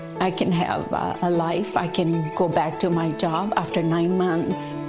i can have a life. i can go back to my job after nine months.